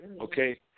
Okay